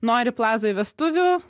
nori plazoj vestuvių